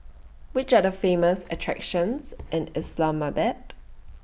Which Are The Famous attractions in Islamabad